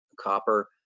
copper